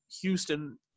Houston